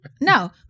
No